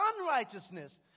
unrighteousness